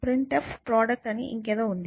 printf product అని ఇంకేదో ఉంది